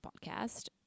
podcast